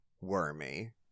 Wormy